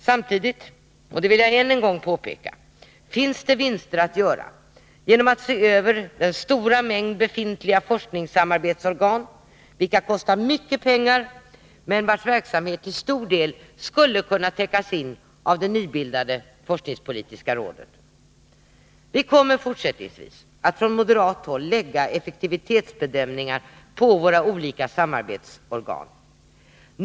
Samtidigt — och det vill jag än en gång påpeka — finns det vinster att göra genom att se över den stora mängd befintliga forskningssamarbetsorgan, vilka kostar mycket pengar, men vars verksamhet till stor del skulle kunna täckas in av det nybildade forskningspolitiska rådet. Vi kommer fortsättningsvis från moderat håll att lägga effektivitetsbedömningar på våra olika samarbetsorgan.